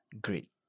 great